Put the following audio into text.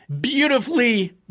Beautifully